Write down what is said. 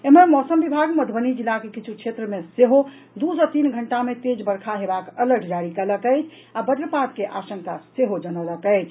एम्हर मौसम विभाग मधुबनी जिलाक किछु क्षेत्र मे सेहो ई सँ तीन घंटा मे तेज वर्षाक अलर्ट जारी कयलक अछि आ वज्रपात के आशंका सेहो जनौलक अछि